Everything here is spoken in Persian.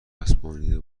چسبانیده